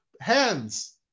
Hands